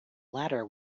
latter